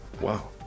wow